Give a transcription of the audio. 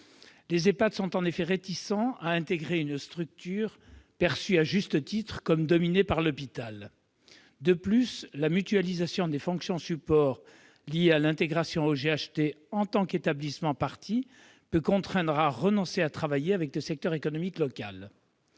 les Ehpad sont réticents à intégrer une structure perçue à juste titre comme dominée par l'hôpital. De plus, la mutualisation des fonctions de support liée à l'intégration au GHT en tant qu'établissement partie peut les contraindre à renoncer à travailler avec le secteur économique local.